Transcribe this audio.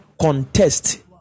contest